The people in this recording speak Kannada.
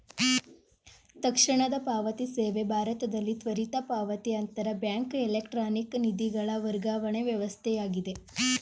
ತಕ್ಷಣದ ಪಾವತಿ ಸೇವೆ ಭಾರತದಲ್ಲಿ ತ್ವರಿತ ಪಾವತಿ ಅಂತರ ಬ್ಯಾಂಕ್ ಎಲೆಕ್ಟ್ರಾನಿಕ್ ನಿಧಿಗಳ ವರ್ಗಾವಣೆ ವ್ಯವಸ್ಥೆಯಾಗಿದೆ